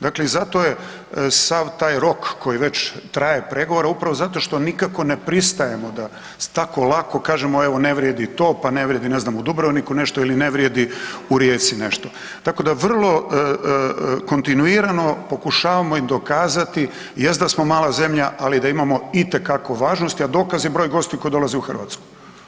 Dakle, i zato je sav taj rok koji već traju pregovori upravo zato što nikako ne pristajemo da tako lako kažemo evo ne vrijedi to, pa ne vrijedi ne znam u Dubrovniku nešto ili ne vrijedi u Rijeci nešto, tako da vrlo kontinuirano pokušavamo im dokazati jest da smo mala zemlja, ali da imamo itekako važnosti, a dokaz je broj gostiju koji dolazi u Hrvatsku.